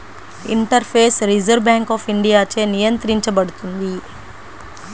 interface reserve bank of ఇండియాచే నియంత్రించబడుతుంది